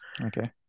Okay